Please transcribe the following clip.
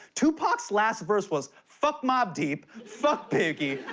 tupac's last verse was, fuck mobb deep, fuck biggie,